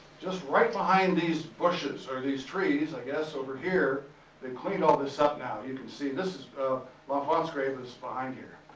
just right behind these bushes, or these trees i guess, over here they, cleaned all this up now. you can see, l'enfant's grave is behind here.